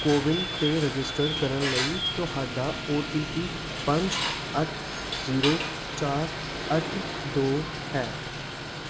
ਕੋਵਿਨ 'ਤੇ ਰਜਿਸਟਰ ਕਰਨ ਲਈ ਤੁਹਾਡਾ ਓ ਟੀ ਪੀ ਪੰਜ ਅੱਠ ਜ਼ੀਰੋ ਚਾਰ ਅੱਠ ਦੋ ਹੈ